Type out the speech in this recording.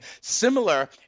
Similar